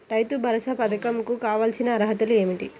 రైతు భరోసా పధకం కు కావాల్సిన అర్హతలు ఏమిటి?